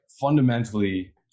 fundamentally